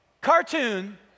cartoon